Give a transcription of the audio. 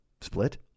Split